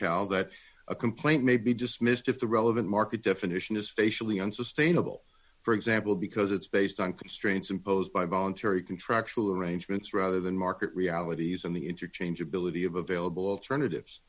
cal that a complaint may be just missed if the relevant market definition is facially unsustainable for example because it's based on constraints imposed by voluntary contractual arrangements rather than market realities on the interchange ability of available alternatives